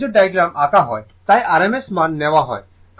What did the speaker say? এই ফেজোর ডায়াগ্রাম আঁকা হয় তাই rms মান নেওয়া হয়